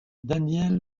daniele